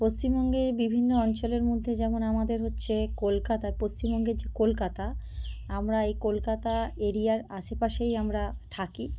পশ্চিমবঙ্গের বিভিন্ন অঞ্চলের মধ্যে যেমন আমাদের হচ্ছে কলকাতা পশ্চিমবঙ্গের যে কলকাতা আমরা এই কলকাতা এরিয়ার আশেপাশেই আমরা থাকি